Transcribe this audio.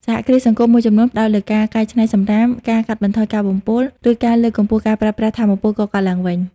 សហគ្រាសសង្គមមួយចំនួនផ្តោតលើការកែច្នៃសំរាម ការកាត់បន្ថយការបំពុល ឬការលើកកម្ពស់ការប្រើប្រាស់ថាមពលកកើតឡើងវិញ។